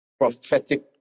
prophetic